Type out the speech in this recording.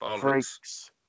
freaks